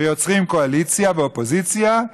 ויוצרים קואליציה ואופוזיציה,